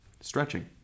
Stretching